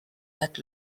had